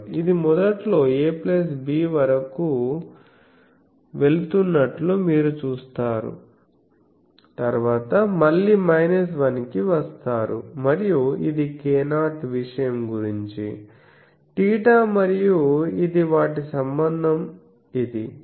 ఇది మొదట్లో ab వరకు వెళుతున్నట్లు మీరు చూస్తున్నారు తరువాత మళ్ళీ 1 కి వస్తారు మరియు ఇది k0 విషయం గురించి θ మరియు ఇది వాటి సంబంధం ఇది